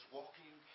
walking